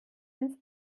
ins